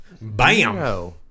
Bam